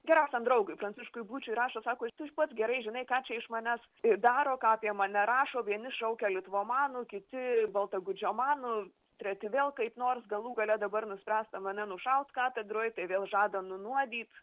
geriausiam draugui pranciškui bučiui rašo sako juk tu pats gerai žinai ką čia iš manęs ir daro ką apie mane rašo vieni šaukia litvomanu kiti baltagudžiomanu treti vėl kaip nors galų gale dabar nuspręsta mane nušaut katedroj tai vėl žada nunuodyt